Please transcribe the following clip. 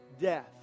death